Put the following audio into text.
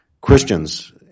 Christians